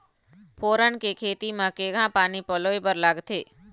फोरन के खेती म केघा पानी पलोए बर लागथे?